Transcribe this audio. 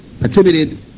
attributed